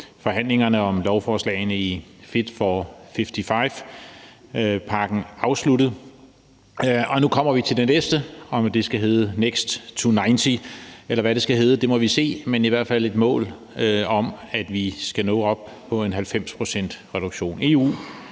forhandlingerne om lovforslagene i »Fit for 55«-pakken afsluttet, og nu kommer vi til det næste. Om det skal hedde Next to 90, eller hvad det skal hedde, må vi se, men det er i hvert fald et mål om, at vi skal nå op på en 90-procentsreduktion. EU